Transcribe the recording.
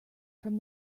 from